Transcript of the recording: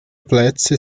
plätze